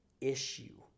issue